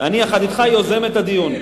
אני יחד אתך יוזם את הדיון.